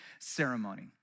ceremony